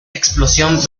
explosión